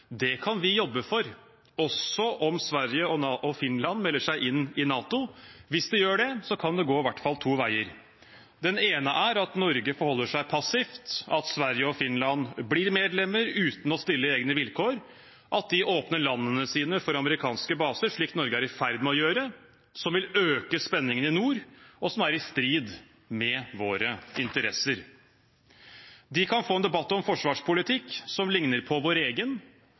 Det kan vi jobbe for også om Sverige og Finland melder seg inn i NATO. Hvis de gjør det, kan det gå i hvert fall to veier. Den ene er at Norge forholder seg passivt, at Sverige og Finland blir medlemmer uten å stille egne vilkår, og at de åpner landene sine for amerikanske baser, slik Norge er i ferd med å gjøre, som vil øke spenningen i nord, og som er i strid med våre interesser. De kan få en debatt om forsvarspolitikk som ligner på vår egen.